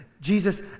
Jesus